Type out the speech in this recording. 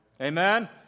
Amen